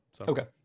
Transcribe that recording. Okay